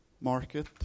market